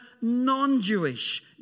non-Jewish